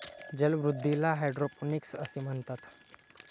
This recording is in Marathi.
जलवृद्धीला हायड्रोपोनिक्स असे म्हणतात